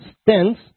stands